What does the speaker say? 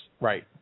Right